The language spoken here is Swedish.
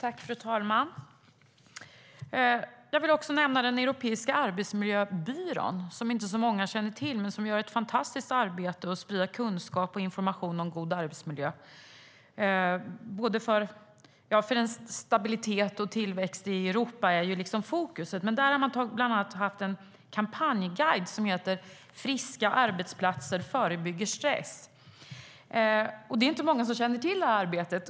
Fru talman! Jag vill nämna Europeiska arbetsmiljöbyrån, som inte särskilt många känner till men som gör ett fantastiskt arbete och sprider kunskap och information om god arbetsmiljö. Stabilitet och tillväxt i Europa är fokuset. Man har bland annat haft en kampanjguide som heter Friska arbetsplatser förebygger stress. Det är inte många som känner till det arbetet.